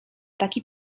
taki